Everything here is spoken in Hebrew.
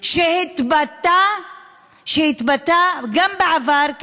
שהתבטא גם בעבר,